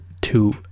two